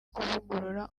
kuvugurura